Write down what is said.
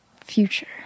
future